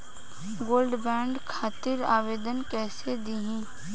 Gold bond खातिर आवेदन कैसे दिही?